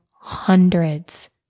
hundreds